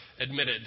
admitted